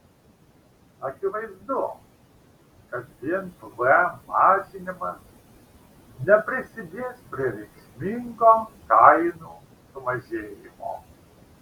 akivaizdu kad vien pvm mažinimas neprisidės prie reikšmingo kainų sumažėjimo